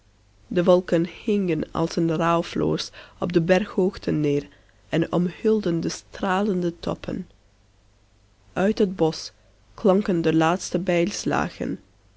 de wolken hingen als een rouwfloers op de berghoogten neer en omhulden de stralende toppen uit het bosch klonken de laatste bijlslagen